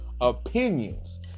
opinions